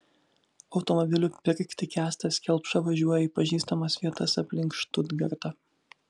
automobilių pirkti kęstas kelpša važiuoja į pažįstamas vietas aplink štutgartą